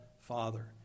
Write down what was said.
Father